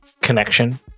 connection